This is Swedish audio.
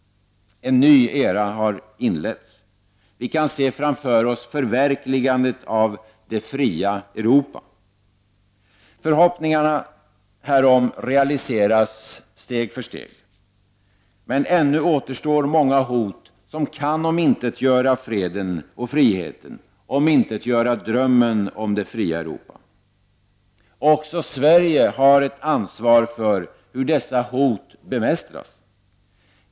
En ny era har inletts. Vi kan se framför oss förverkligandet av det fria Europa. Förhoppningarna därom realiseras steg för steg. Men ännu återstår många hot som kan omintetgöra freden och friheten, omintetgöra drömmen om det fria Europa. Också Sverige har ansvar för hur dessa hot bemästras.